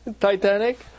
Titanic